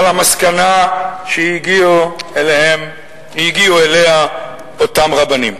על המסקנה שאליה הגיעו אותם רבנים.